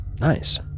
Nice